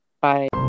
Bye